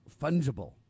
fungible